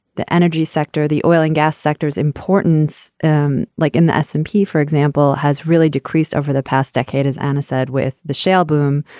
the energy sector, the oil and gas sectors importance and like in the s and p, for example, has really decreased over the past decade, as anna said, with the shale boom.